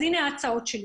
אז הינה ההצעות שלי.